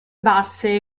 basse